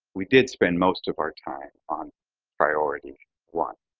we did spend most of our time on priority one.